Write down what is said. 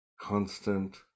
constant